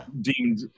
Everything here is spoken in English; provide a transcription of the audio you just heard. deemed